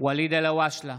ואליד אלהואשלה,